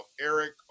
Eric